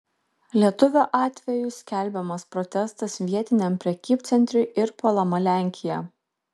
lietuvio atveju skelbiamas protestas vietiniam prekybcentriui ir puolama lenkija